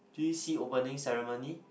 j_c opening ceremony